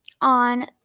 on